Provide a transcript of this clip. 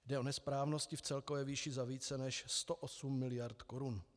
Jde o nesprávnosti v celkové výši za více než 108 miliard korun.